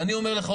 ואני אומר לך,